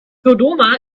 dodoma